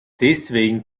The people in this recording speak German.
deswegen